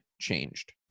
Changed